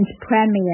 Premier